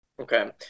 Okay